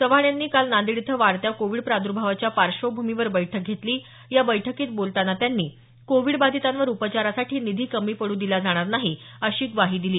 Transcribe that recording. चव्हाण यांनी काल नांदेड इथं वाढत्या कोविड प्रादुर्भावाच्या पार्श्वभूमीमवर बैठक घेतली या बैठकीत बोलताना चव्हाण यांनी कोविड बाधितांवर उपचारासाठी निधी कमी पडू दिला जाणार नाही अशी ग्वाही दिली